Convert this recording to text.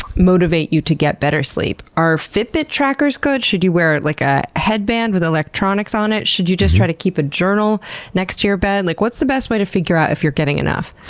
motivate you to get better sleep. are fitbit trackers good? should you wear it like a headband with electronics on it? should you just try to keep a journal next to your bed? like what's the best way to figure out if you're getting enough?